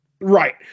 Right